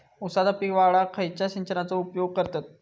ऊसाचा पीक वाढाक खयच्या सिंचनाचो उपयोग करतत?